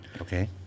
Okay